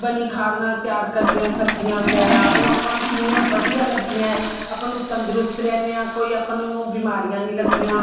ਬਣੀ ਖਾਦ ਨਾਲ ਤਿਆਰ ਕਰਦੇ ਹਾਂ ਸਬਜ਼ੀਆਂ ਵਗੈਰਾ ਉਹ ਆਪਾਂ ਨੂੰ ਕਿੰਨੀਆਂ ਵਧੀਆ ਲੱਗਦੀਆਂ ਹੈ ਆਪਾਂ ਨੂੰ ਤੰਦਰੁਸਤ ਰਹਿੰਦੇ ਹਾਂ ਕੋਈ ਆਪਾਂ ਨੂੰ ਬਿਮਾਰੀਆਂ ਨਹੀਂ ਲੱਗਦੀਆਂ